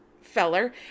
feller